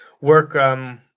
work –